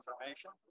information